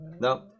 No